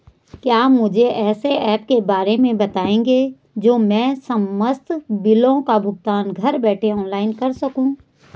क्या मुझे ऐसे ऐप के बारे में बताएँगे जो मैं समस्त बिलों का भुगतान घर बैठे ऑनलाइन कर सकूँ?